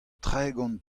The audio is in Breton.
tregont